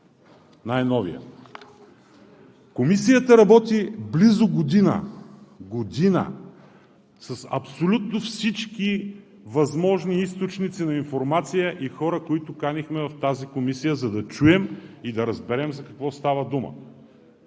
най новият – Комисията работи близо година, година, с абсолютно всички възможни източници на информация и хора, които канихме в тази комисия, за да чуем и да разберем за какво става дума.